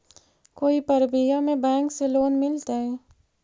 कोई परबिया में बैंक से लोन मिलतय?